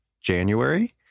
January